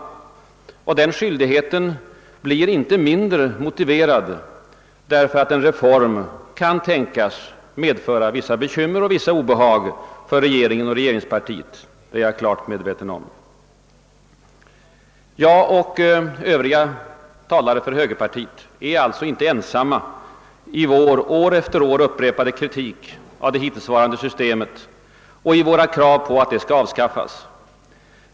Den skyldigheten blir inte mindre motiverad därför att en reform kan tänkas medföra vissa bekymmer och obehag för regeringen och regerinspartiet, vilket jag är klart medveten om att den kan göra. Jag och övriga som talat för högerpartiet är alltså inte ensamma i vår år efter år upprepade kritik av det hittillsvarande systemet och i våra krav på att detta skall avskaffas.